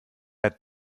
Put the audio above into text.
hat